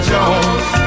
Jones